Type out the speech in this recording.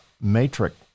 matrix